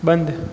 बंद